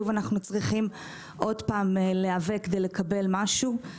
שוב אנו צריכים להיאבק כדי לקבל משהו.